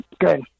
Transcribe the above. Good